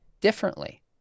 differently